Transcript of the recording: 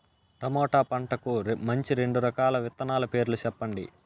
tomato పంటకు మంచి రెండు రకాల విత్తనాల పేర్లు సెప్పండి